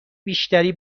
بیشتری